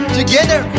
together